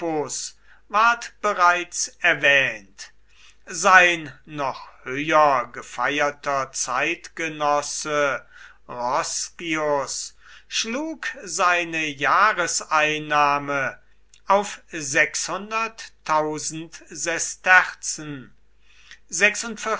bereits erwähnt sein noch höher gefeierter zeitgenosse roscius schlug seine jahreseinnahme auf